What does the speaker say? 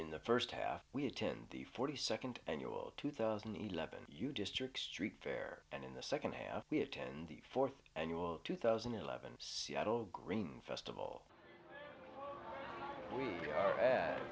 in the first half we attend the forty second annual two thousand and eleven you district street fair and in the second half we attend the fourth annual two thousand and eleven seattle green festival we